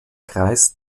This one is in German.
kreis